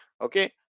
okay